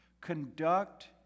conduct